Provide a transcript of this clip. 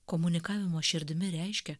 komunikavimą širdimi reiškia